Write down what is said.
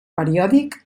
periòdic